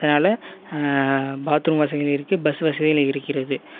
அதனால் பாத்ரூம் வசதிகளும் இருக்குது பஸ் வசதிகளும் இருக்கிறது